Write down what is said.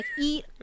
eat